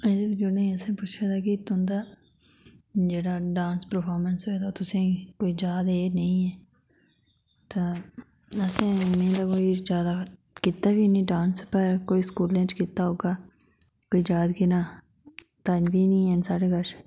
एह्दे च असेंगी पुच्छे दा ति तुंदे जेह्ड़ा डांस प्रपामैंस ऐ ओह् तुसेंगी जाद ऐ जां नेईं ऐ ते में तां कोई जादा कीता बी नी डांस पर स्कूलें च कीता होग जाद बी नी ध्यान बी नी ऐ साढ़े कश